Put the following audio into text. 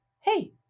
hey